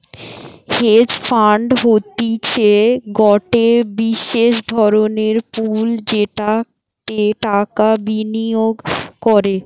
hedge fund হতিছে গটে বিশেষ ধরণের পুল যেটাতে টাকা বিনিয়োগ করে